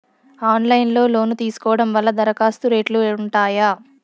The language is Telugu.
ఆన్లైన్ లో లోను తీసుకోవడం వల్ల దరఖాస్తు రేట్లు ఉంటాయా?